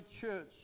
church